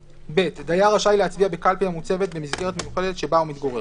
"(ב)דייר רשאי להצביע בקלפי המוצבת במסגרת מיוחדת שבה הוא מתגורר.